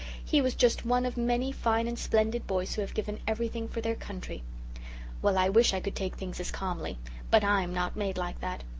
he was just one of many fine and splendid boys who have given everything for their country well, i wish i could take things as calmly but i'm not made like that.